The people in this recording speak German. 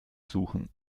suchen